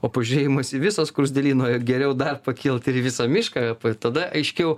o pažiūrėjimas į visą skruzdėlyno geriau dar pakilt ir į visą mišką tada aiškiau